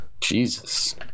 jesus